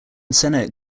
senate